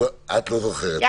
אני לא זוכרת.